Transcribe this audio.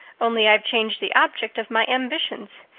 only, i've changed the object of my ambitions.